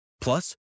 Plus